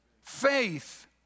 faith